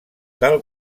tal